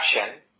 action